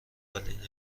اولین